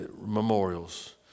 memorials